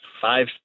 five